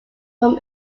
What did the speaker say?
from